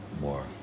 more